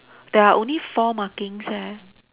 there are only four markings leh